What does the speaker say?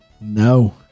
No